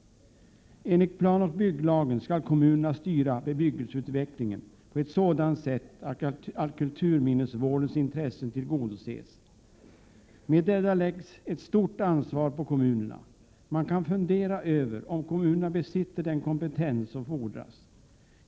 Enligt planoch bygglagen skall kommunerna styra bebyggelseutvecklingen på ett sådant sätt att kulturminnesvårdens intressen tillgodoses. Med detta läggs ett stort ansvar på kommunerna. Man kan fundera över om kommunerna besitter den kompetens som fordras.